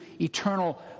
eternal